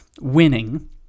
winning